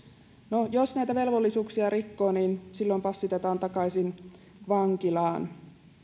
no jos näitä velvollisuuksia rikkoo niin silloin passitetaan takaisin vankilaan